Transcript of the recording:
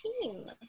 team